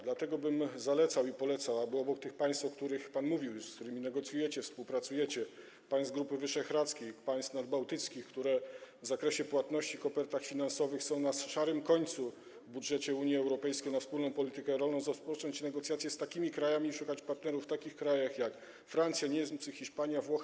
Dlatego bym zalecał i polecał, aby obok tych państw, o których pan już mówił, z którymi negocjujecie, współpracujecie - czyli państw Grupy Wyszehradzkiej, państw nadbałtyckich, które w zakresie płatności w kopertach finansowych są na szarym końcu w budżecie Unii Europejskiej na wspólną politykę rolną - rozpocząć negocjacje z takimi krajami, szukać partnerów w takich krajach jak Francja, Niemcy, Hiszpania, Włochy.